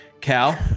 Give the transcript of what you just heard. Cal